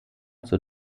zur